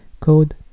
code